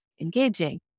engaging